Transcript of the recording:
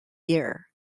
year